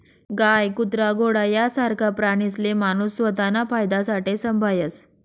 गाय, कुत्रा, घोडा यासारखा प्राणीसले माणूस स्वताना फायदासाठे संभायस